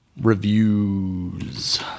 Reviews